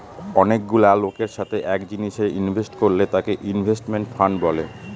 অনেকগুলা লোকের সাথে এক জিনিসে ইনভেস্ট করলে তাকে ইনভেস্টমেন্ট ফান্ড বলে